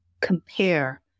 compare